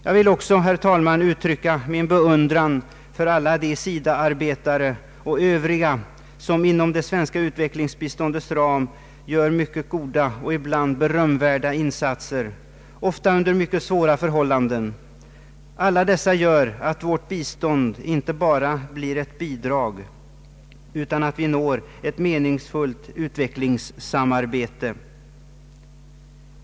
Jag vill också, herr talman, uttrycka min beundran för alla de SIDA-arbetare och övriga som inom det svenska utvecklingsbiståndets ram gör mycket goda och ibland berömvärda insatser, ofta under mycket svåra förhållanden. Alla dessa gör att vårt bistånd inte bara blir ett bidrag, utan att vi når ett meningsfullt utvecklingssamarbete. Herr talman!